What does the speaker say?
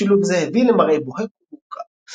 שילוב זה הביא למראה בוהק ומורכב.